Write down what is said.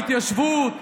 ההתיישבות,